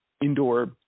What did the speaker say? indoor